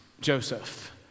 Joseph